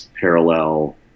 parallel